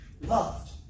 loved